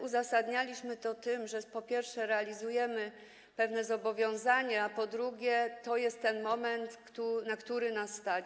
Uzasadnialiśmy to tym, że po pierwsze, realizujemy pewne zobowiązania, po drugie, to jest ten moment, to, na co nas stać.